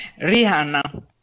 Rihanna